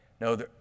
no